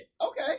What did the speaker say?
Okay